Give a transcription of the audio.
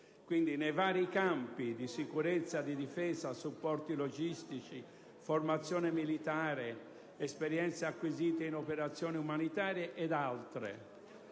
Brasile nei vari campi di sicurezza, difesa, supporti logistici, formazione militare, esperienze acquisite in operazioni umanitarie ed altre.